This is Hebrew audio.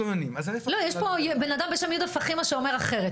יש פה בנאדם בשם יהודה פחימה שאומר אחרת,